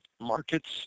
markets